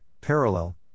parallel